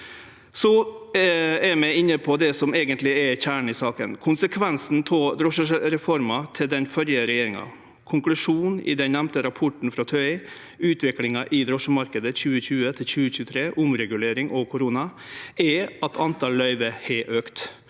Då er vi inne på det som eigentleg er kjernen i saka: konsekvensen av drosjereforma til den førre regjeringa. Konklusjonen i den nemnde rapporten frå TØI, «Utvikling i drosjemarkedet 2020 til 2023 – omregulering og korona», er at talet på løyve har auka,